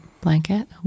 blanket